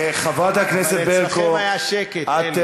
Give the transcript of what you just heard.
אבל אצלכם היה שקט, אלי.